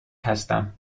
هستم